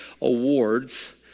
awards